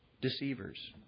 deceivers